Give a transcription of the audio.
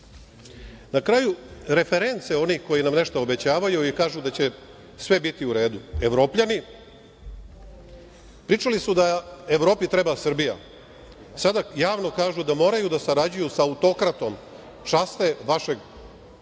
kraju reference onih koji nam nešto obećavaju i kažu da će sve biti u redu. Evropljani su pričali da Evropi treba Srbija, a sada javno kažu da moraju da sarađuju sa autokratom, časte vašeg